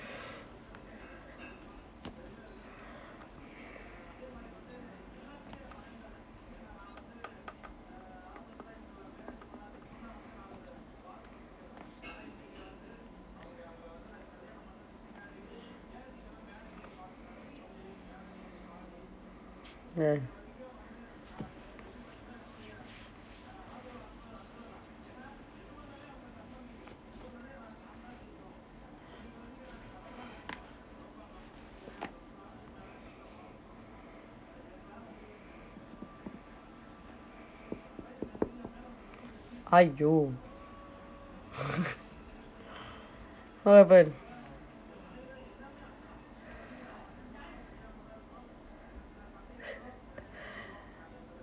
ya !aiyo! what happen